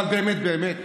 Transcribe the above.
אבל באמת באמת,